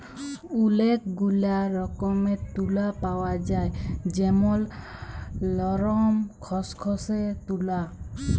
ওলেক গুলা রকমের তুলা পাওয়া যায় যেমল লরম, খসখসে তুলা